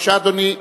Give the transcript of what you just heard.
בבקשה, אדוני.